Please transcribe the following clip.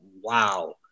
wow